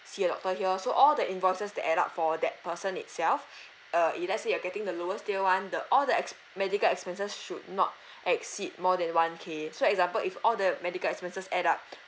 see a doctor here so all the invoices that add up for that person itself uh if let's say you're getting the lowest tier [one] the all the ex~ medical expenses should not exceed more than one K so example if all the medical expenses add up